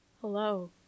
Hello